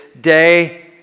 day